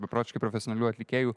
beprotiškai profesionalių atlikėjų